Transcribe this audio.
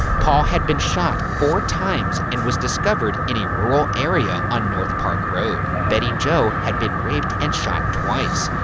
paul had been shot four times and was discovered in a rural area on north park road. betty jo had been raped and shot twice.